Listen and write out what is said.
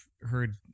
heard